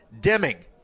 Deming